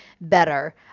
better